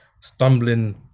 stumbling